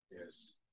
Yes